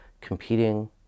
competing